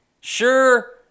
Sure